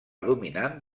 dominant